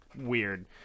weird